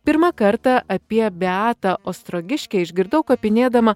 pirmą kartą apie beatą ostrogiškę išgirdau kopinėdama